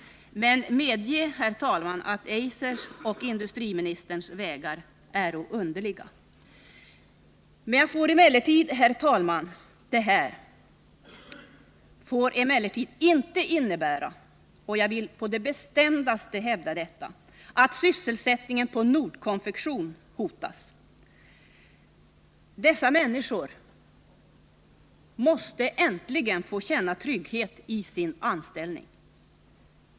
Men medge, herr talman, att Eisers och industriministerns vägar är underliga. Det här får emellertid inte innebära — det vill jag på det bestämdaste poängtera — att sysselsättningen på Nordkonfektion hotas. Dessa människor måste äntligen få känna trygghet i sin anställning.